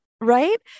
right